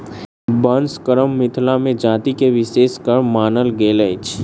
बंस कर्म मिथिला मे जाति विशेषक कर्म मानल गेल अछि